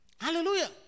Hallelujah